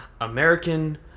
American